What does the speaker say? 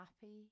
happy